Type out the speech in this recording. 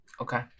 Okay